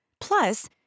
Plus